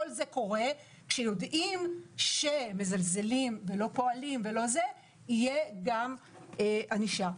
כל זה קורה כשיודעים שכאשר מזלזלים ולא פועלים כשורה תהיה גם ענישה.